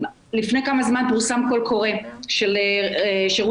לפני כמה זמן פורסם קול קורא של שירות